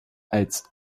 als